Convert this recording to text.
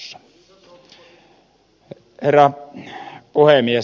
herra puhemies